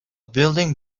building